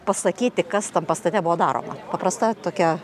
pasakyti kas tam pastate buvo daroma paprastaitokia